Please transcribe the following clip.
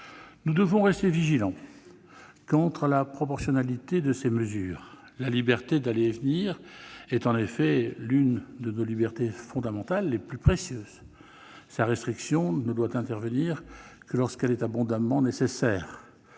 Nous devons rester vigilants quant à la proportionnalité de ces mesures. La liberté d'aller et venir est, en effet, l'une de nos libertés fondamentales les plus précieuses. Sa restriction ne doit intervenir que lorsqu'elle est spécifiquement nécessaire.